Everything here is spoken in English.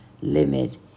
limit